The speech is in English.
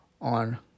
on